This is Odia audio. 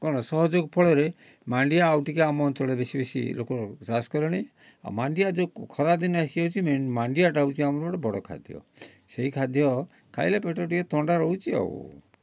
କ'ଣ ସହଯୋଗ ଫଳରେ ମାଣ୍ଡିଆ ଆଉ ଟିକେ ଆମ ଅଞ୍ଚଳରେ ବେଶି ବେଶି ଲୋକ ଚାଷ୍ କଲେଣି ମାଣ୍ଡିଆ ଯେଉଁ ଖରାଦିନେ ମାଣ୍ଡିଆଟା ହେଉଛି ଆମର ଗୋଟେ ବଡ଼ ଖାଦ୍ୟ ସେହି ଖାଦ୍ୟ ଖାଇଲେ ପେଟ ଟିକେ ଥଣ୍ଡା ରହୁଛି ଆଉ